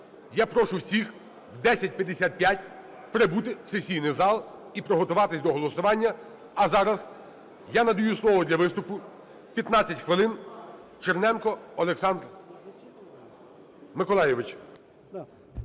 Я прошу всіх в 10:55 прибути в сесійний зал і приготуватись до голосування. А зараз я надаю слово для виступу 15 хвилин – Черненко Олександр Миколайович.